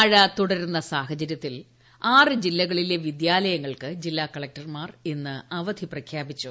മഴ തുടരുന്ന സാഹചര്യത്തിൽ ആറ് ജില്ലകളിലെ വിദ്യാലയങ്ങൾക്ക് ജില്ലാ കളക്ടർമാർ ഇന്ന് അവധി പ്രഖ്യാപിച്ചു